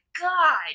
god